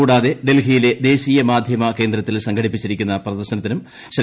കൂടാതെ ഡൽഹിയിലെ ദേശീയ മാധ്യമ കേന്ദ്രത്തിൽ സംഘടിപ്പിച്ചിരിക്കുന്ന പ്രദർശനത്തിനും ശ്രീ